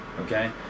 okay